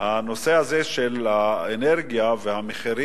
הנושא הזה של האנרגיה והמחירים,